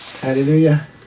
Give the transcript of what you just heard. hallelujah